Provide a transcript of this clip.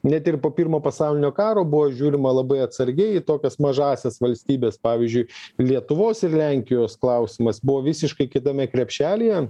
net ir po pirmo pasaulinio karo buvo žiūrima labai atsargiai į tokias mažąsias valstybes pavyzdžiui lietuvos ir lenkijos klausimas buvo visiškai kitame krepšelyje